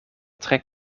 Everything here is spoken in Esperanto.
tre